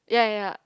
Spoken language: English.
ya ya ya